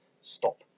stop